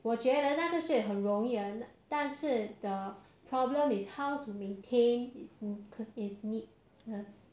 我觉得那个是很容易的但是 the problem is how to maintain it's it's neatness